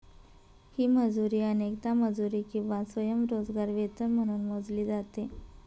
ही मजुरी अनेकदा मजुरी किंवा स्वयंरोजगार वेतन म्हणून मोजली जाते